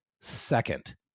second